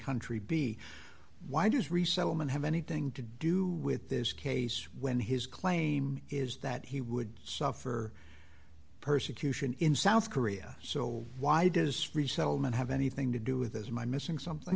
country b why does resettlement have anything to do with this case when his claim is that he would suffer persecution in south korea so why does resettlement have anything to do with this my missing something